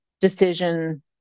decision